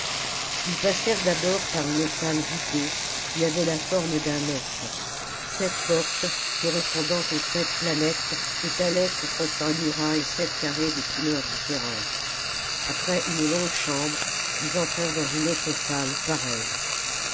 ils passèrent d'abord par une salle voûtée qui avait la forme d'un œuf sept portes correspondant aux sept planètes étalaient contre ces murailles sept carrés de couleur différente après une longue chambre ils entrèrent dans une autre salle pareille